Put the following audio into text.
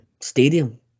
stadium